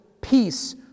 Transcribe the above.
peace